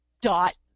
dot